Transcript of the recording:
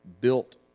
built